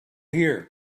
here